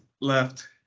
left